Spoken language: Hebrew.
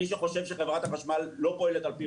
מי שחושב שחברת החשמל לא פועלת על פי